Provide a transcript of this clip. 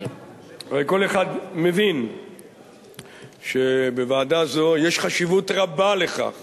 הרי כל אחד מבין שבוועדה זו יש חשיבות רבה לכך